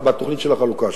בתוכנית של החלוקה,